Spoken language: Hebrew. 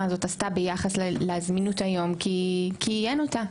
הזאת עשתה ביחס לזמינות היום כי אין אותה,